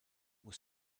was